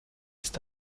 ist